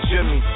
Jimmy